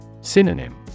Synonym